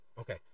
Okay